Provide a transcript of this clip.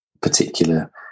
particular